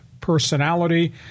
personality